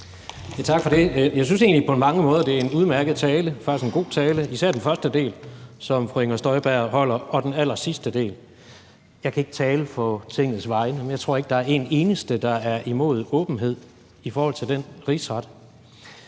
Tak for det. Jeg synes egentlig på mange måder, at det var en udmærket tale – det var faktisk en god tale, især den første del og den allersidste del – som fru Inger Støjberg holdt. Jeg kan ikke tale på Tingets vegne, men jeg tror ikke, der er en eneste, der er imod åbenhed i forhold til den rigsret,